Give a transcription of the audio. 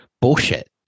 bullshit